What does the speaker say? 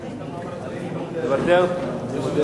אני מוותר.